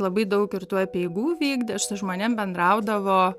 labai daug ir tų apeigų vykdė ir su žmonėms bendraudavo